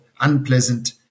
unpleasant